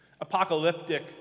Apocalyptic